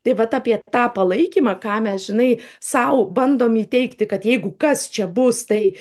tai vat apie tą palaikymą ką mes žinai sau bandom įteigti kad jeigu kas čia bus tai